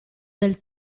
del